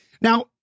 Now